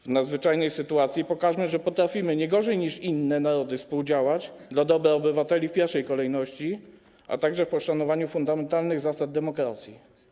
W nadzwyczajnej sytuacji pokażmy, że potrafimy nie gorzej niż inne narody współdziałać dla dobra obywateli w pierwszej kolejności, a także w poszanowaniu fundamentalnych zasad demokracji.